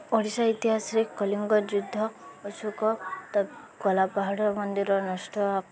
ଓଡ଼ିଶା ଇତିହାସରେ କଳିଙ୍ଗ ଯୁଦ୍ଧ ଅଶୋକ ତା କଳାପହାଡ଼ ମନ୍ଦିର ନଷ୍ଟ